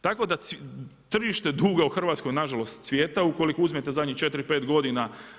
Tako da tržište duga u Hrvatskoj na žalost cvjeta ukoliko uzmete zadnjih četiri, pet godina.